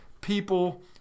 people